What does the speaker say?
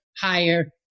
higher